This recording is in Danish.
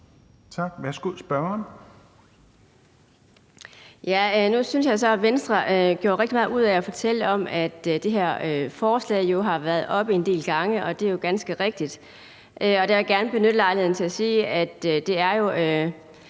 Værsgo til spørgeren.